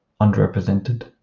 underrepresented